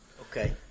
Okay